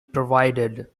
provided